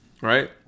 right